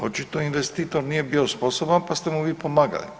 Očito investitor nije bio sposoban pa ste mu vi pomagali.